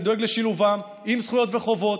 אני דואג לשילובם עם זכויות וחובות.